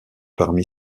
parmi